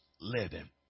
living